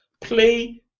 play